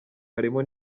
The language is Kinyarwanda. harimo